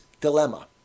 dilemma